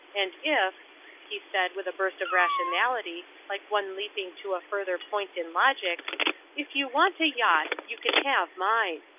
and if he said, with a burst of rationality, like one leaping to a further point in logic if you want a yacht you can have mine.